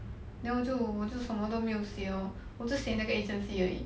then 我就我就什么都没有写 lor 我就写那个 agency 而已